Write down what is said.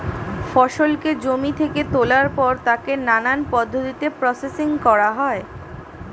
ফসলকে জমি থেকে তোলার পর তাকে নানান পদ্ধতিতে প্রসেসিং করা হয়